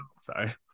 Sorry